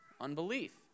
unbelief